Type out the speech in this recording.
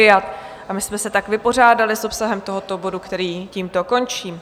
A my jsme se tak vypořádali s obsahem tohoto bodu, který tímto končím.